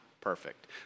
perfect